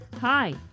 Hi